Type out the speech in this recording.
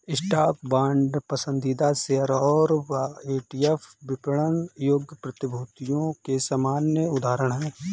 stock, bond, पसंदीदा share और ETF विपणन योग्य प्रतिभूतियों के सामान्य उदाहरण हैं